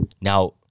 now